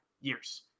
years